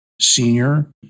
senior